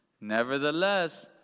Nevertheless